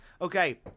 Okay